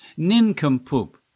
nincompoop